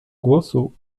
głosu